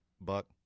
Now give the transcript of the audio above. Buck